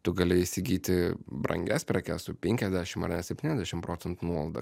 tu gali įsigyti brangias prekes su penkiasdešimt ar net septyniasdešimt procentų nuolaida